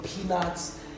peanuts